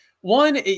One